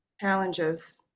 Challenges